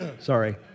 Sorry